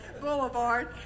Boulevard